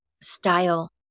Style